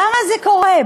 למה זה קורה?